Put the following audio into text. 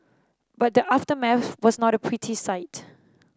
but the aftermath was not a pretty sight